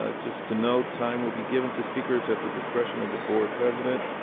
ah just to note, time will be given to speakers at the discretion of the board president.